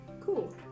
Cool